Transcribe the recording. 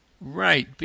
Right